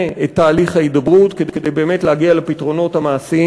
את תהליך ההידברות כדי באמת להגיע לפתרונות המעשיים,